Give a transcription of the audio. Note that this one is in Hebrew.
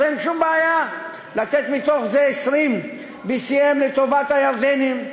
אז אין שום בעיה לתת מתוך זה 20 BCM לטובת הירדנים,